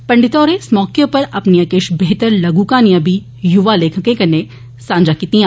पंडिता होरें इस मौके उप्पर अपनियां किश बेहतर लघु क्हानियां बी युवा लेखकें कन्नै सांझा कीतियां